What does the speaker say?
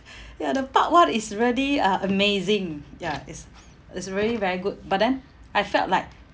ya the part one is really uh amazing ya it's it's really very good but then I felt like